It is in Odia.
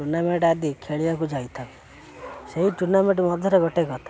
ଟୁର୍ଣ୍ଣାମେଣ୍ଟ ଆଦି ଖେଳିବାକୁ ଯାଇଥାଉ ସେହି ଟୁର୍ଣ୍ଣାମେଣ୍ଟ ମଧ୍ୟରେ ଗୋଟେ କଥା